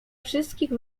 wszystkich